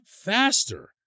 faster